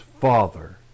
father